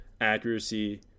accuracy